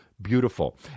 beautiful